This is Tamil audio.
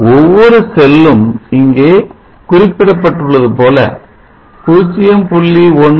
ஒவ்வொரு செல்லும் இங்கே குறிப்பிடப்பட்டுள்ளது போல 0